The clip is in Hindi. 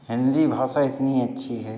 हिन्दी भाषा इतनी अच्छी है